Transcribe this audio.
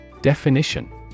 Definition